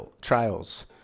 trials